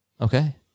Okay